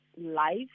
life